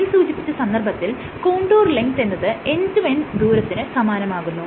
മേൽ സൂചിപ്പിച്ച സന്ദർഭത്തിൽ കോൺടൂർ ലെങ്ത്ത് എന്നത് എൻഡ് ടു എൻഡ് ദൂരത്തിന് സമാനമാകുന്നു